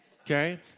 Okay